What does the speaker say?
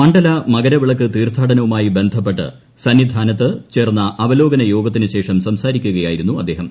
മണ്ഡല മകരവിളക്ക് തീർത്ഥാടനവുമായി ബന്ധപ്പെട്ട് സന്നിധാനത്ത് ചേർന്ന അവലോകന യോഗത്തിന് ശേഷം സംസാരിക്കുകയായിരുന്ന അദ്ദേഹം